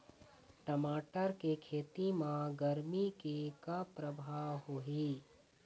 टमाटर के खेती म गरमी के का परभाव होही?